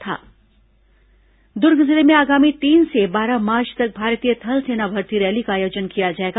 थल सेना भर्ती रैली दुर्ग जिले में आगामी तीन से बारह मार्च तक भारतीय थल सेना भर्ती रैली का आयोजन किया जाएगा